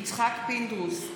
יצחק פינדרוס,